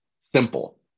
Simple